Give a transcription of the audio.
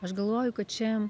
aš galvoju kad čia